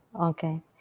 okay